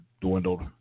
dwindled